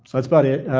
that's about it.